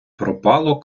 пропало